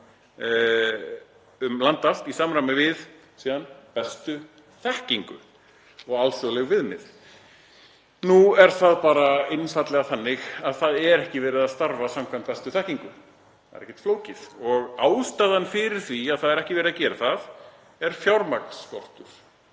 stefnu stjórnvalda, bestu þekkingu og alþjóðleg viðmið.“ Nú er það bara einfaldlega þannig að það er ekki verið að starfa samkvæmt bestu þekkingu, það er ekkert flókið, og ástæðan fyrir því að ekki er verið að gera það er fjármagnsskortur.